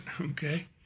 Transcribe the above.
Okay